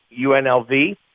UNLV